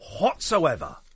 whatsoever